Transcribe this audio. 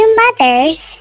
mothers